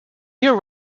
here